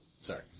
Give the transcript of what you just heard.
sorry